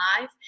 life